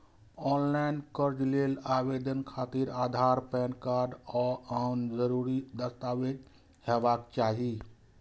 ऑनलॉन कर्ज लेल आवेदन खातिर आधार, पैन कार्ड आ आन जरूरी दस्तावेज हेबाक चाही